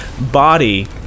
body